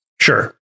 Sure